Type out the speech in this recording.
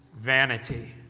vanity